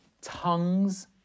tongues